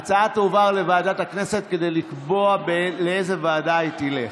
ההצעה תועבר לוועדת הכנסת כדי לקבוע לאיזו ועדה היא תלך.